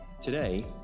Today